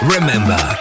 Remember